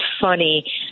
funny